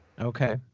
Okay